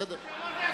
את השאר תמחק.